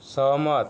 सहमत